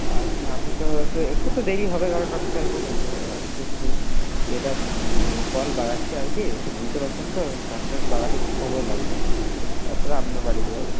আচ্ছা আমি তো একটু একটু তো দেরি হবে কারণ আমি তো একজন অন্য বাড়িতে একটু এটা এই কল বাগাচ্ছি আর কি একটু বুঝতে পারছেন তো তারটা একটু বাগাতে একটু সময় লাগবে তারপরে আপনার বাড়িতে যাব